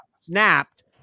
snapped